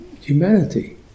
humanity